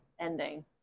ending